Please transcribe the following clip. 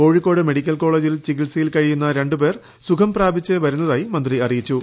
Kozhikode medical കോളേജിൽ ചികിത്സയിൽ കഴിയുന്ന രണ്ട് പേർ സുഖം പ്രാപിച്ച് വരുന്നതായി മന്ത്രി അറിയിച്ചു